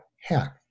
hack